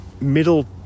middle